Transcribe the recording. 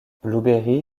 blueberry